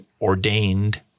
ordained